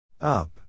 Up